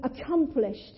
accomplished